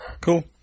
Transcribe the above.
Cool